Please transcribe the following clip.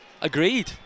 Agreed